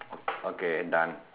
okay done